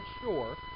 sure